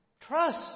Trust